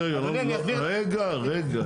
לא, לא, רגע, רגע.